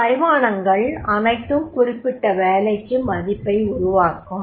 இப்பரிமாணங்கள் அனைத்தும் குறிப்பிட்ட வேலைக்கு மதிப்பை உருவாக்கும்